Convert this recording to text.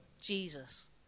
Jesus